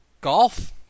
golf